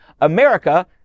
America